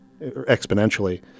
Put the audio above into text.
exponentially